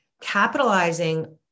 capitalizing